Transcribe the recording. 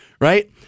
right